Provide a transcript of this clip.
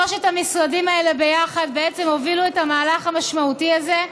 שלושת המשרדים האלה ביחד בעצם הובילו את המהלך המשמעותי הזה.